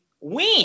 win